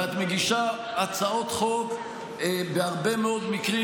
ואת מגישה הצעות חוק בהרבה מאוד מקרים,